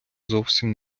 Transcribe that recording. зовсім